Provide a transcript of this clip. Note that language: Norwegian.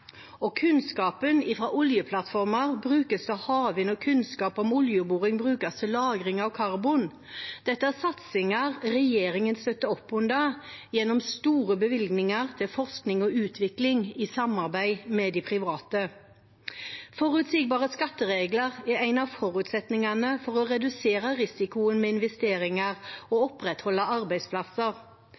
Kunnskapen fra oljeplattformer brukes til havvind, og kunnskap om oljeboring brukes til lagring av karbon. Dette er satsinger regjeringen støtter opp under gjennom store bevilgninger til forskning og utvikling i samarbeid med de private. Forutsigbare skatteregler er en av forutsetningene for å redusere risikoen ved investeringer og opprettholde arbeidsplasser.